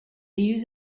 use